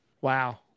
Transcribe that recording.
Wow